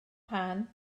pan